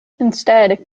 instead